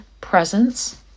presence